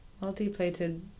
multi-plated